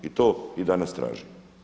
I to i danas tražim.